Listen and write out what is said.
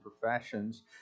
professions